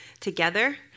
together